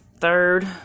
Third